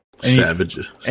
Savages